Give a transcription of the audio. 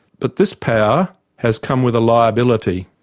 but this power has come with a liability.